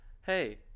Hey